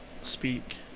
speak